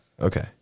okay